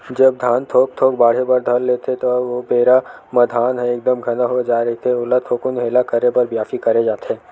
जब धान थोक थोक बाड़हे बर लेथे ता ओ बेरा म धान ह एकदम घना हो जाय रहिथे ओला थोकुन हेला करे बर बियासी करे जाथे